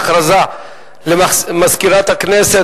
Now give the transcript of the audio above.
הודעה למזכירת הכנסת,